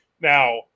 Now